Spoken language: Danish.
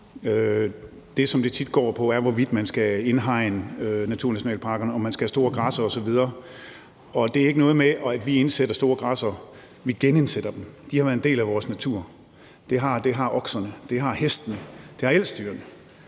Det, som det tit går på, er, hvorvidt man skal indhegne naturnationalparkerne, og om man skal have store græssere osv. Det er ikke noget med, at vi indsætter store græssere; vi genindsætter dem. De har været en del af vores natur. Det har okserne, hestene og elsdyrene,